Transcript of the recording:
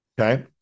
Okay